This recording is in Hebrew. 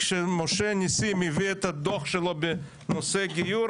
כאשר משה נסים הביא את הדוח שלו בנושא גיור,